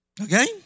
Okay